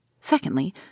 Secondly